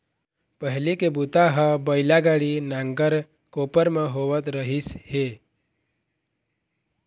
पहिली के बूता ह बइला गाड़ी, नांगर, कोपर म होवत रहिस हे